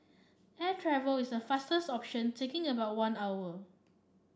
air travel is the fastest option taking about one hour